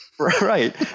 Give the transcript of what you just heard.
Right